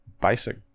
basic